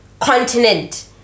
continent